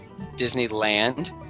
Disneyland